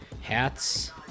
hats